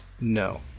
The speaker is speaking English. No